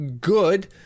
good